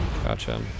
gotcha